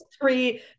three